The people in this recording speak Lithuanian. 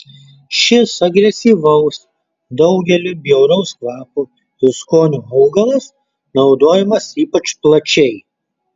šis agresyvaus daugeliui bjauraus kvapo ir skonio augalas naudojamas ypač plačiai